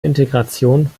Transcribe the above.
integration